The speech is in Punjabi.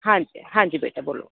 ਹਾਂਜੀ ਹਾਂਜੀ ਬੇਟਾ ਬੋਲੋ